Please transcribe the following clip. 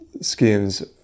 schemes